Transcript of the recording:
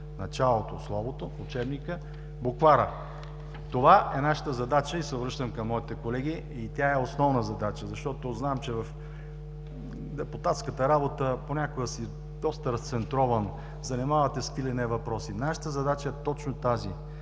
началото – словото, учебника, буквара. Това е нашата задача, обръщам се към моите колеги, тя е основна задача, защото знам, че в депутатската работа понякога си доста разцентрован – занимават те с какви ли не въпроси. Нашата задача е точно тази: